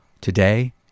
Today